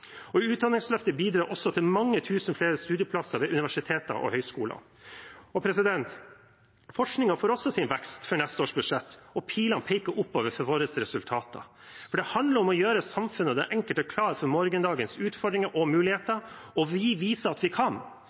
Utdanningsløftet bidrar også til mange tusen flere studieplasser ved universiteter og høyskoler. Forskningen får også sin vekst i neste års budsjett, og pilene peker oppover for våre resultater. Det handler om å gjøre samfunnet og den enkelte klar for morgendagens utfordringer og muligheter, og vi viser at vi kan.